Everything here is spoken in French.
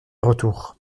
retour